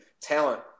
talent